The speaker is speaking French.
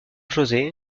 josé